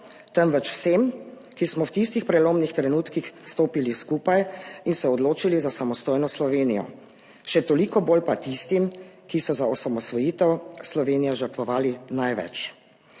temveč vsem, ki smo v tistih prelomnih trenutkih stopili skupaj in se odločili za samostojno Slovenijo. Še toliko bolj pa tistim, ki so za osamosvojitev Slovenije žrtvovali največ.